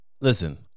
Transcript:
listen